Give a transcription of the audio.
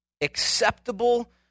acceptable